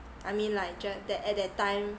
I mean like just that at that time